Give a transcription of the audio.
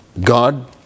God